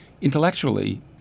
intellectually